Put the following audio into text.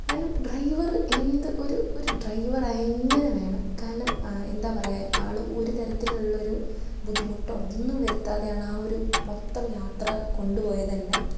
കാരണം ഡ്രൈവർ എന്ത് ഒരു ഒരു ഡ്രൈവർ ആയാൽ ഇങ്ങനെ വേണം കാരണം എന്താണ് പറയുക ആൾ ഒരു തരത്തിലുള്ളൊരു ബുദ്ധിമുട്ടോ ഒന്നും വരുത്താതെയാണ് ആ ഒരു മൊത്തം യാത്ര കൊണ്ടുപോയത് തന്നെ